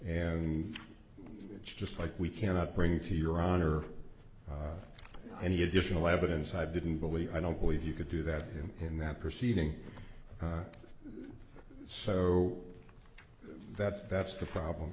and just like we cannot bring to your honor any additional evidence i didn't believe i don't believe you could do that in that proceeding so that's that's the problem